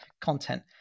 content